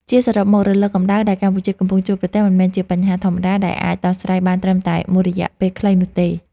ជាសរុបមក រលកកម្ដៅដែលកម្ពុជាកំពុងជួបប្រទះ មិនមែនជាបញ្ហាធម្មតាដែលអាចដោះស្រាយបានត្រឹមតែមួយរយៈពេលខ្លីនោះទេ។